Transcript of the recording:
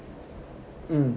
mm